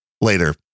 later